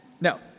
No